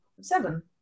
Seven